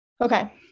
okay